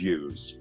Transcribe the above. use